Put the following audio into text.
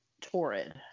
Torrid